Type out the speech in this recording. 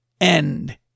end